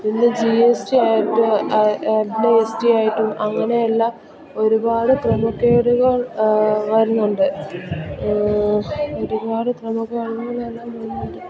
പിന്നെ G S T ആയിട്ടും ആയിട്ടും അങ്ങനെയെല്ലാം ഒരുപാട് ക്രമക്കേടുകൾ വരുന്നുണ്ട് ഒരുപാട് ക്രമക്കേടുകളെല്ലാം വരുന്നുണ്ട്